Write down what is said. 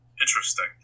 Interesting